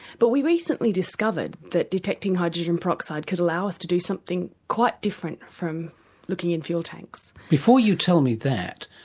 but we recently discovered that detecting hydrogen peroxide could allow us to do something quite different from looking in fuel tanks. before you tell me that,